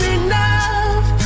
enough